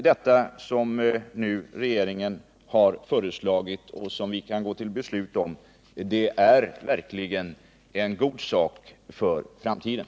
Det som regeringen nu föreslagit och som vi kan gå till beslut om är verkligen en god sak för framtiden.